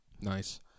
Nice